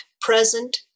present